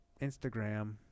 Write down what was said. Instagram